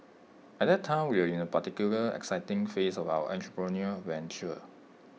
at that time we were in A particularly exciting phase of our entrepreneurial venture